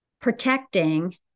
protecting